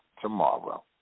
tomorrow